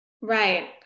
Right